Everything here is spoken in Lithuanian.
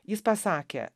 jis pasakė